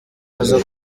aza